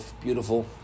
beautiful